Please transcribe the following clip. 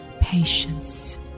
patience